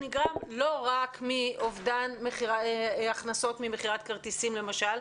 נגרם לא רק מאובדן הכנסות ממכירת כרטיסים למשל,